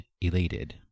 elated